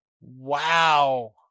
Wow